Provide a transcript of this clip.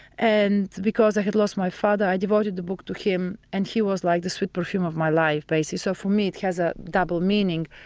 and because i had lost my father, i devoted the book to him and he was like the sweet perfume of my life. so for me, it has a double meaning.